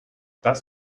das